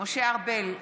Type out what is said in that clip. משה ארבל,